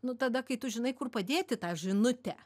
nu tada kai tu žinai kur padėti tą žinutę